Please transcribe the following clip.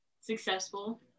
successful